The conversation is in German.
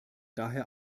daher